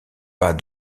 pas